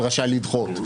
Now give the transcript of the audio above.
אבל רשאי לדחות.